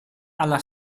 alla